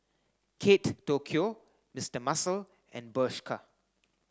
Kate Tokyo Mister Muscle and Bershka